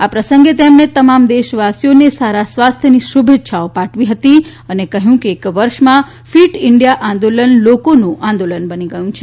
આ પ્રસંગે તેમણે તમામ દેશવાસીઓને સારા સ્વાસ્થ્યની શુભેચ્છા પાઠવી હતી અને કહ્યું કે એક વર્ષમાં ફીટ ઇન્ડિયા આંદોલન લોકોનું આંદોલન બની ગયું છે